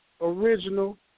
original